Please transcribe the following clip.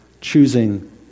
choosing